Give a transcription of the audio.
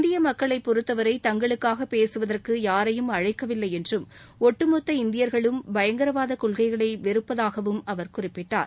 இந்திய மக்களை பொறத்தவரை தங்களுக்காக பேசுவதற்கு யாரையும் அழைக்கவில்லை என்றும் ஒட்டுமொத்த இந்தியர்களும் பயங்கரவாத கொள்கைகளை வெறுப்பதாகவும் அவர் குறிப்பிட்டார்